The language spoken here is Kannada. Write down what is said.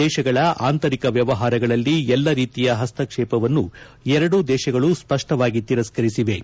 ದೇಶಗಳ ಆಂತರಿಕ ವ್ಯವಹಾರಗಳಲ್ಲಿ ಎಲ್ಲ ರೀತಿಯ ಹಸ್ತಕ್ಷೇಪವನ್ನು ಎರಡೂ ದೇಶಗಳು ಸ್ವಷ್ವವಾಗಿ ತಿರಸ್ಕರಿಸಿವೆ